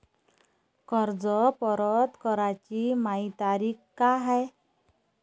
कर्ज परत कराची मायी तारीख का हाय?